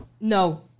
No